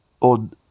on